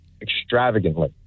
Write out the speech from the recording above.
extravagantly